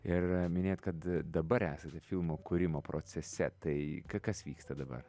ir minėjot kad dabar esate filmo kūrimo procese tai ka kas vyksta dabar